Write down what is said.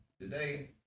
Today